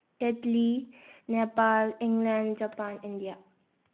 ꯏꯠꯂꯤ ꯅꯦꯄꯥꯜ ꯏꯪꯂꯦꯟ Japan India